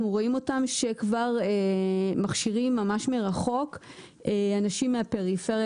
רואים אותם שכבר מכשירים ממש מרחוק אנשים מהפריפריה,